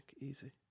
Easy